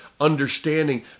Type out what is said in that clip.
understanding